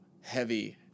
heavy